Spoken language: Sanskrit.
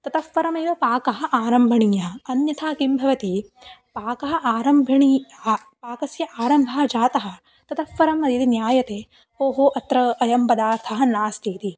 ततः परमेव पाकः आरम्भणीयः अन्यथा किं भवति पाकः आरम्भणीयः आ पाकस्य आरम्भः जातः ततः परं यदि ज्ञायते ओ हो अत्र अहं पदार्थः नास्ति इति